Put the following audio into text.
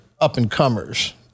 up-and-comers